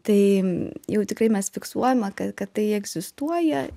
tai jau tikrai mes fiksuojama ka kad tai egzistuoja